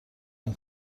این